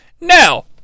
Now